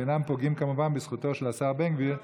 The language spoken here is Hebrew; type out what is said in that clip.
ואינם פוגעים כמובן בזכותו של השר בן גביר להצביע.